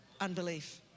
unbelief